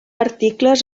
articles